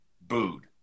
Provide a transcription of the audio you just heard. booed